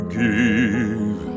give